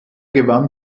gewann